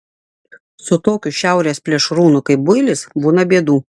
su tokiu šiaurės plėšrūnu kaip builis būna bėdų